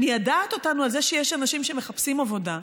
היא מיידעת אותנו על זה שיש אנשים שמחפשים עבודה,